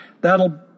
That'll